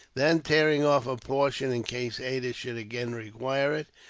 then, tearing off a portion in case ada should again require it,